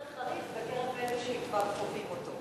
יותר חריף בקרב אלה שכבר חווים אותו,